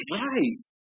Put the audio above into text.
right